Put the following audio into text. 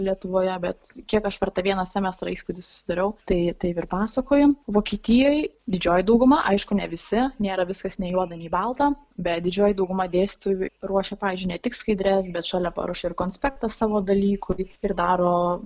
lietuvoje bet kiek aš per tą vieną semestrą įspūdį susidariau tai taip ir pasakojam vokietijoj didžioji dauguma aišku ne visi nėra viskas nei juoda nei balta bet didžioji dauguma dėstytojų ruošia pavyzdžiui ne tik skaidres bet šalia paruošia ir konspektą savo dalykui ir daro